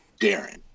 Darren